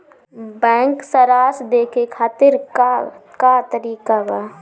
Bank सराश देखे खातिर का का तरीका बा?